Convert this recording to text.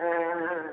हँ हँ